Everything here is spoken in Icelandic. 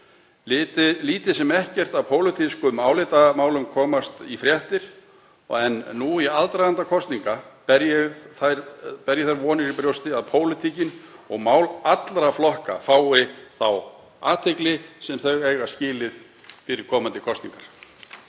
Lítið sem ekkert af pólitískum álitamálum kemst í fréttir en nú í aðdraganda kosninga ber ég þá von í brjósti að pólitíkin og mál allra flokka fái þá athygli sem þau eiga skilið fyrir komandi kosningar.